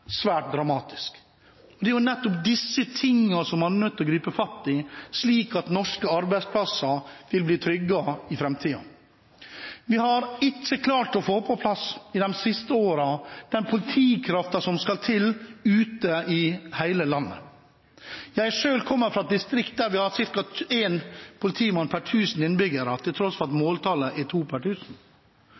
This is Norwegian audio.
svært dramatisk. Det er nettopp disse tingene man er nødt til å gripe fatt i slik at norske arbeidsplasser vil bli trygget i framtiden. Vi har de siste årene ikke klart å få på plass den politikraften som skal til ute i hele landet. Jeg kommer selv fra et distrikt der vi har ca. én politimann per tusen innbyggere, til tross for at måltallet er to per